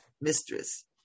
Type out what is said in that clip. mistress